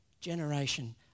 generation